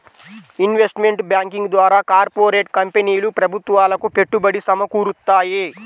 investment banking ద్వారా corporate కంపెనీలు ప్రభుత్వాలకు పెట్టుబడి సమకూరుత్తాయి